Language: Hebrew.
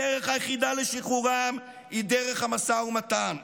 הדרך היחידה לשחרורם היא דרך המשא ומתן,